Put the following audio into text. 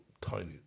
tiny